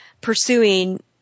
pursuing